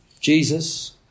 Jesus